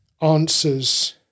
answers